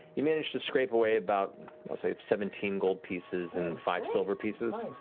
you manage to scrape away about seventeen gold pieces and five silver pieces.